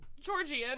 Georgian